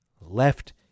left